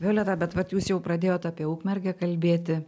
violeta bet vat jūs jau pradėjot apie ukmergę kalbėti